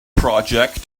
project